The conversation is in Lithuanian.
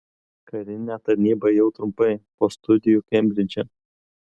karinę tarnybą ėjau trumpai po studijų kembridže